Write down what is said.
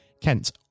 Kent